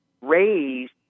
raised